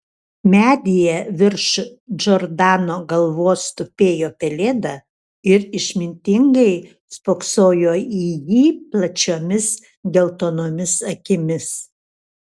medyje virš džordano galvos tupėjo pelėda ir išmintingai spoksojo į jį plačiomis geltonomis akimis